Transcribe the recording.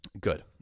good